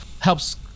helps